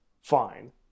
fine